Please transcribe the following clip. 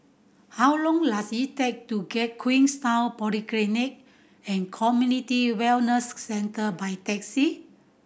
how long does it take to get Queenstown Polyclinic and Community Wellness Centre by taxi